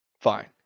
Fine